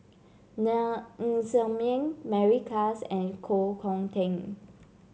Ng Ser Miang Mary Klass and Koh Hong Teng